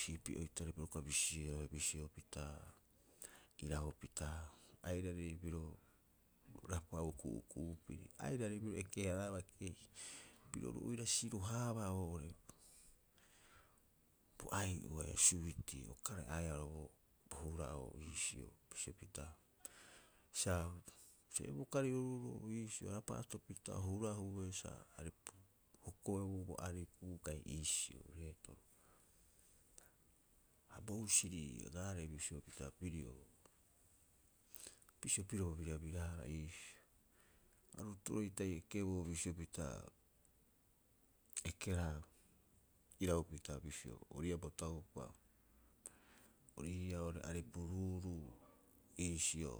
Siipi oita'i piro uka bisioea bisio pita iraupita. Airari pirio rapa'u ku'uku'u piri, airari piro eke- haraaba kei, piro oru oira siro- haabaa oo'ore bo ai'o haia suiti. A ukare'aeaa oo bo hura'oo iisio bisio pita sa ee bokari oru roo iisio rapaata pita o hurahue sa aripu, hokoeboo bo aripu kai iisio reetoro. Ha bo usiri ii'oo, agaarei bisio pita pirio bisio piro bo birabirahara iisio. Aru ato'oro itai ekeboo bisio pita ekeraha iraupita bisio ori ii'aa bo taupa, ori ii'aa oo'ore aripu ruuru'u iisio.